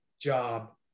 job